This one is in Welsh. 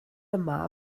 yma